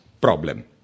problem